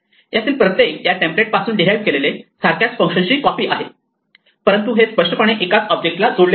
यातील प्रत्येक या टेम्पलेट पासून डीराईव्ह केलेले सारख्याच फंक्शनची कॉपी आहे परंतु हे स्पष्टपणे एकाच ऑब्जेक्ट ला जोडलेले आहे